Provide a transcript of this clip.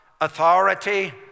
authority